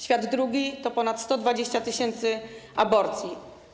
Świat drugi to ponad 120 tys. aborcji.